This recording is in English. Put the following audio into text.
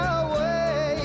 away